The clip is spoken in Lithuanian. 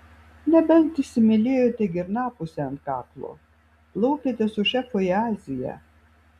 nebent įsimylėjote girnapusę ant kaklo plaukiate su šefu į aziją